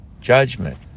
judgment